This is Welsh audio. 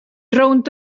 rownd